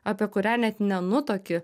apie kurią net nenutuoki